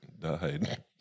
died